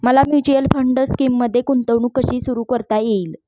मला mutual fund स्कीममध्ये गुंतवणूक कशी सुरू करता येईल?